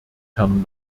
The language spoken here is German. herrn